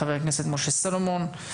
חבר הכנסת משה סולומון,